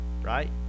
Right